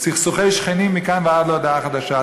סכסוכי שכנים מכאן ועד להודעה חדשה.